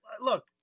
look